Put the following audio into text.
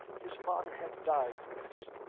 his father had died for this.